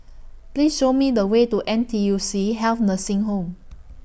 Please Show Me The Way to N T U C Health Nursing Home